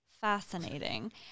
fascinating